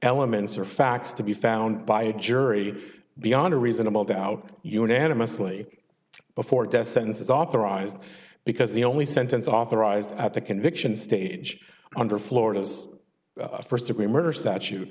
elements or facts to be found by a jury beyond a reasonable doubt unanimously before death sentence is authorized because the only sentence authorized at the conviction stage under florida's a first degree murder statute